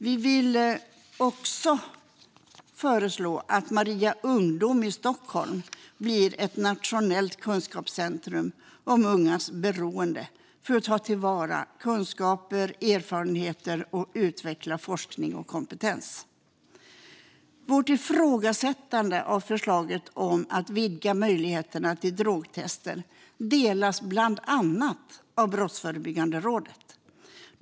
Vi föreslår också att Maria Ungdom i Stockholm ska bli ett nationellt kunskapscentrum om ungas beroende, för att ta till vara kunskaper och erfarenheter och utveckla forskning och kompetens. Vårt ifrågasättande av förslaget om att vidga möjligheterna till drogtester delas bland annat av Brottsförebyggande rådet.